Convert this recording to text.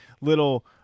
little